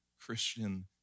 Christian